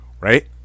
Right